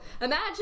imagine